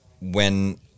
when-